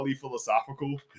philosophical